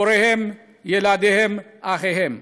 הוריהם, ילדיהם, אחיהם.